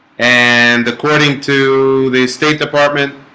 and according to the state department